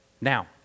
Now